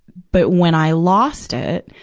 but when i lost it,